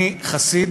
אני חסיד